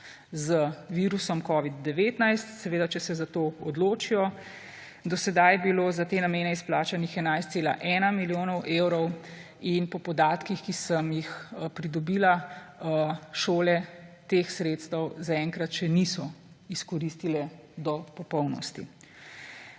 z virusom covid-19, seveda če se za to odločijo. Do sedaj je bilo za te namene izplačanih 11,1 milijonov evrov. Po podatkih, ki sem jih pridobila, šole teh sredstev zaenkrat še niso izkoristile do popolnosti.